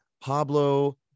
Pablo